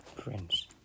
prince